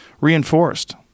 reinforced